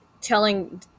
telling